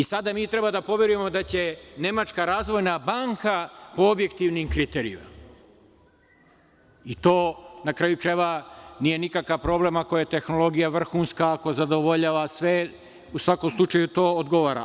Sada mi treba da poverujemo da će Nemačka razvojna banka po objektivnim kriterijumima, i to na kraju krajeva nije nikakav problem, ako je tehnologija vrhunska, ako zadovoljava sve, u svakom slučaju to odgovara.